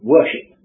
Worship